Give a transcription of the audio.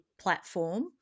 platform